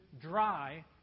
dry